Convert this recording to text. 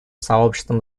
сообществом